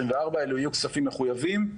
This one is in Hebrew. אלו יהיו כספים מחויבים,